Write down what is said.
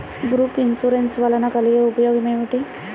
Group insurance వలన కలిగే ఉపయోగమేమిటీ?